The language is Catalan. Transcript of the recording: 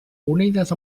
unides